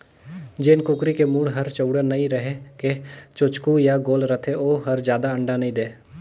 जेन कुकरी के मूढ़ हर चउड़ा नइ रहि के चोचकू य गोल रथे ओ हर जादा अंडा नइ दे